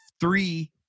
three